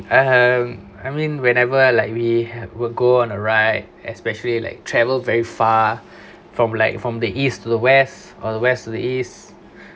um I mean whenever like we have we go on a ride especially like travel very far from like from the east to the west or the west to the east